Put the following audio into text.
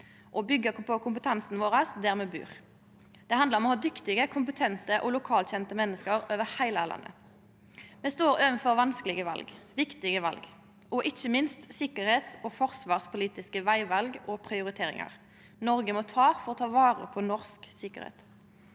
og å byggje på kompetansen vår der me bur. Det handlar om å ha dyktige, kompetente og lokalkjende menneske over heile landet. Me står overfor vanskelege val, viktige val og ikkje minst sikkerheits- og forsvarspolitiske vegval og prioriteringar Noreg må ta for å ta vare på norsk sikkerheit.